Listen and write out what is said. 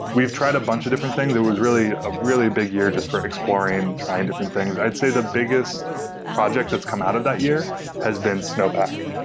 we've tried a bunch of different things. it was a really big year just for exploring, trying different things. i'd say the biggest project that's come out of that year has been snowpack.